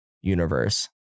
universe